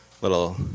little